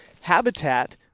habitat